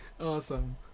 Awesome